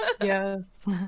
Yes